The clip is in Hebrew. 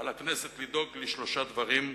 על הכנסת לדאוג לשלושה דברים: